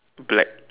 black